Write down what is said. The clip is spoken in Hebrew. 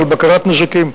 של בקרת נזקים.